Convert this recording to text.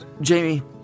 Jamie